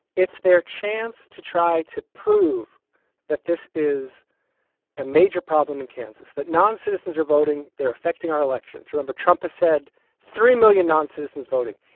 it's their chance to try to prove that this is a major problem in kansas, that non-citizens are voting they're affecting our elections. remember, trump said three million non-citizens voting.